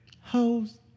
Hoes